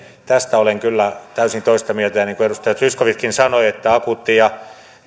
tästä olen kyllä täysin toista mieltä ja niin kuin edustaja zyskowiczkin sanoi akuutti ja